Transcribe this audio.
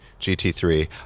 GT3